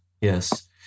Yes